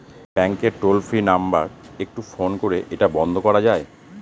ব্যাংকের toll free number একটু phone করে এটা বন্ধ করা যায়?